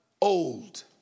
old